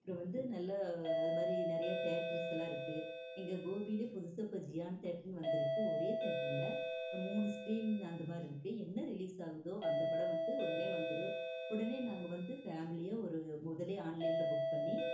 அப்புறம் வந்து நல்லா அது மாதிரி நிறைய தேட்டர்ஸ் எல்லாம் இருக்கு எங்கள் கோப்பியிலே புதுசாக இப்போ ஜியான் தேட்டர்னு வந்துருக்கு ஒரே தேட்டரில் மூணு ஸ்கிரீன் அந்த மாதிரி இருக்கு என்ன ரிலீஸ் ஆகுதோ அந்த படம் வந்து உடனே வந்துரும் உடனே நாங்கள் வந்து ஃபேமிலியாக ஒரு முதல்ல ஆன்லைனில் புக் பண்ணி